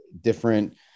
different